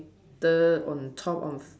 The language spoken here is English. the on top of